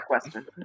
question